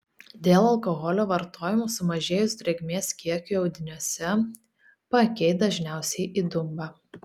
dėl alkoholio vartojimo sumažėjus drėgmės kiekiui audiniuose paakiai dažniausiai įdumba